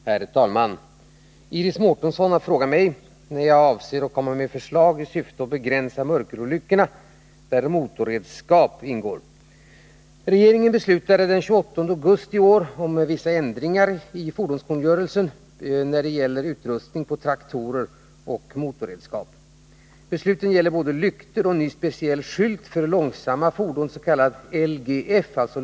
Herr talman! Iris Mårtensson har frågat mig när jag avser att komma med förslag i syfte att begränsa mörkerolyckorna där motorredskap ingår. Besluten gäller både lyktorna och en ny speciell skylt för långsamma fordon, s.k. LGF-skylt.